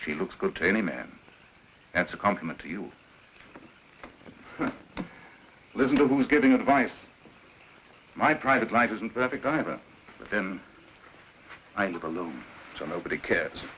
she looks good to any man that's a compliment to you listen to who's giving advice my private life isn't that a guy but then i live alone so nobody cares